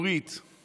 ציורית